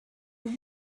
walk